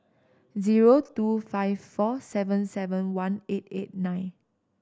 zero two five four seven seven one eight eight nine